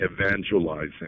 evangelizing